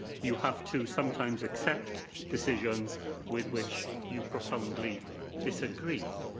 you have to sometimes accept decisions with which you profoundly disagree.